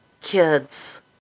kids